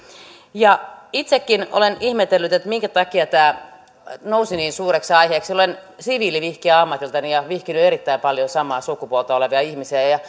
itsekin olen ihmetellyt minkä takia tämä nousi niin suureksi aiheeksi olen siviilivihkijä ammatiltani ja vihkinyt erittäin paljon samaa sukupuolta olevia ihmisiä ja